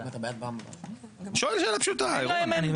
אני שואל שאלה פשוטה, רון.